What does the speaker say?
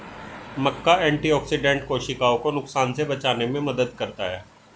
मक्का antioxidant कोशिकाओं को नुकसान से बचाने में मदद करता है